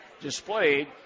displayed